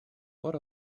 what